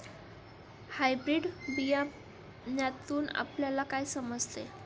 Hybrid बियाण्यातून आपल्याला काय समजते?